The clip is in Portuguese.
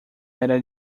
era